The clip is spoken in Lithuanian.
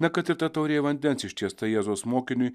na kad ir ta taurė vandens ištiesta jėzaus mokiniui